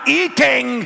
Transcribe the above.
eating